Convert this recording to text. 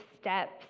steps